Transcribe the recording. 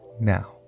now